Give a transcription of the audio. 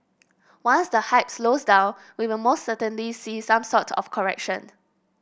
once the hype slows down we will most certainly see some sort of correction